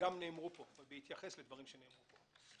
בהתייחס לדברים שנאמרו פה.